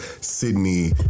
Sydney